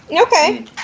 Okay